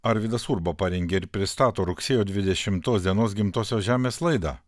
arvydas urba parengė ir pristato rugsėjo dvidešimtos dienos gimtosios žemės laidą